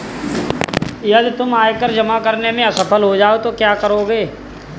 यदि तुम आयकर जमा करने में असफल हो जाओ तो क्या करोगे?